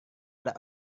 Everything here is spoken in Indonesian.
ada